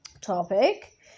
topic